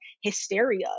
hysteria